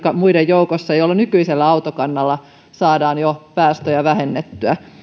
muiden joukossa jolla nykyisellä autokannalla saadaan jo päästöjä vähennettyä